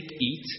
eat